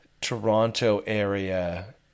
Toronto-area